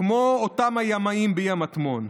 כמו אותם הימאים ב"אי המטמון".